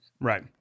Right